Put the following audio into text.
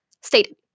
stated